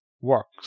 works